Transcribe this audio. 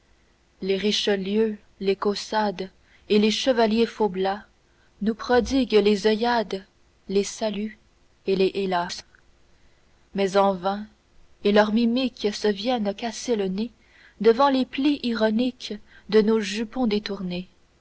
les richelieux les caussades et les chevaliers faublas nous prodiguent les oeillades les saluts et les hélas mais en vain et leurs mimiques se viennent casser le nez devant les plis ironiques de nos jupons détournés